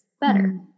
better